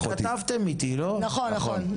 התכתבתם איתי נכון?